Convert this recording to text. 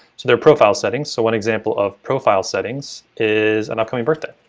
so they're profile settings, so one example of profile settings is an upcoming birthday.